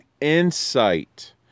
insight